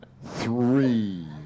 Three